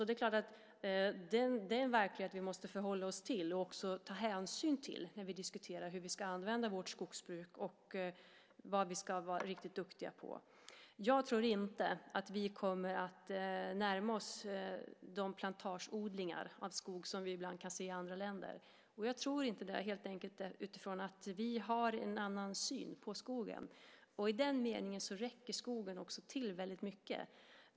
Det är den verklighet vi måste förhålla oss till och också ta hänsyn till när vi diskuterar hur vi ska använda vårt skogsbruk och vad vi ska vara riktigt duktiga på. Jag tror inte att vi kommer att närma oss de plantageodlingar av skog vi ibland kan se i andra länder. Det är helt enkelt utifrån att vi har en annan syn på skogen. I den meningen räcker skogen till mycket.